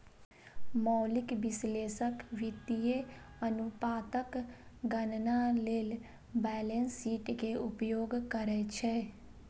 मौलिक विश्लेषक वित्तीय अनुपातक गणना लेल बैलेंस शीट के उपयोग करै छै